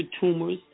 tumors